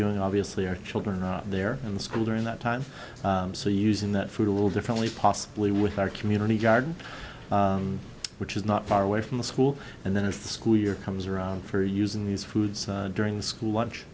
doing obviously our children are there in school during that time so using that food a little differently possibly with our community garden which is not far away from the school and then if the school year comes around for using these foods during the school lunch